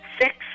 six